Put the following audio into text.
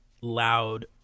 loud